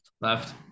left